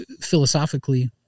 philosophically